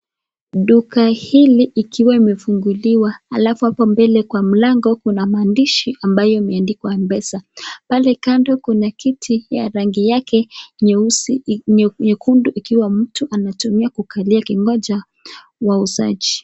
Duka hili ikiwa imefunguliwa, alafu hapo mbele kwa mlango kuna maandishi ambayo imeandikwa M-pesa. Pale kando kuna kiti ya rangi yake nyeusi, nyekundu ikiwa mtu anatumia kukalia akingoja, wauzaji.